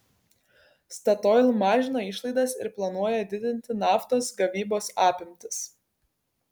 statoil mažina išlaidas ir planuoja didinti naftos gavybos apimtis